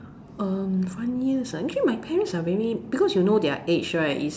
um funniest ah actually my parents are very because you know their age right it's